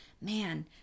man